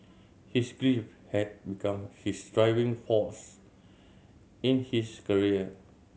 his grief had become his driving force in his career